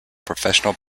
professional